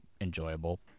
enjoyable